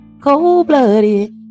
Cold-blooded